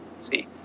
See